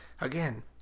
Again